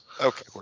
okay